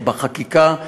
בחקיקה,